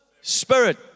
spirit